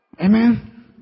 Amen